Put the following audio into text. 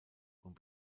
und